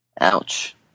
Ouch